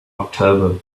october